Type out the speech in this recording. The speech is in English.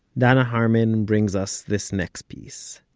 danna harman brings us this next piece.